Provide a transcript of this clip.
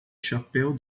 chapéu